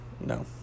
No